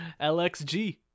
LXG